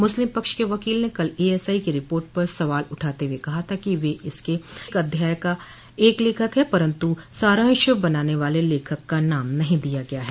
मुस्लिम पक्ष के वकील ने कल एएसआई की रिपोर्ट पर सवाल उठाते हुए कहा था कि इसके हर अध्याय का एक लेखक है परन्तु सारांश बनाने वाले का नाम नहीं दिया गया है